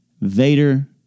Vader